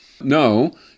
No